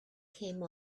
came